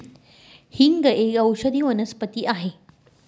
हिंग एक औषधी वनस्पती आहे